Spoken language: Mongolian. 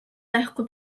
байхгүй